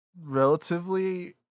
relatively